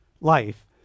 life